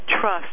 trust